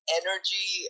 energy